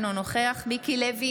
אינו נוכח מיקי לוי,